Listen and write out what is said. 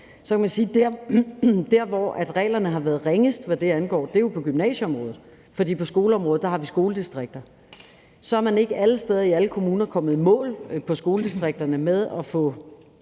Så kan man sige, at der, hvor reglerne har været ringest, hvad det angår, jo er på gymnasieområdet, for på skoleområdet har vi skoledistrikter. Så er man ikke alle steder i alle kommuner, hvad angår skoledistrikterne, kommet i